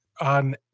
on